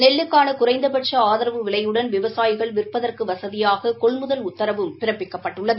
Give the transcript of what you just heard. நெல்லுக்கான குறைந்தடட்ச ஆதரவு விலையுடன் விவசாயிகள் விற்பதற்கு வசதியாக கொள்முதல் உத்தரவும் பிறப்பிக்கப்பட்டுள்ளது